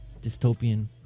dystopian